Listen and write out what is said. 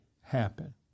happen